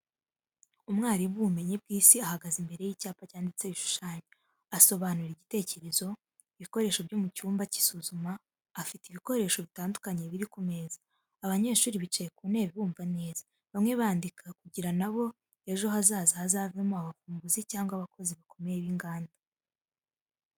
Umwarimu w’ubumenyi bw’isi ahagaze imbere y’icyapa cyanditseho ibishushanyo, asobanura igitekerezo, ibikoresho byo mu cyumba cy'isuzuma, afite ibikoresho bitandukanye biri ku meza, abanyeshuri bicaye ku ntebe bumva neza, bamwe bandika kugira na bo ejo hazaza hazavemo abavumbuzi cyangwa abakozi bakomeye b'inganda.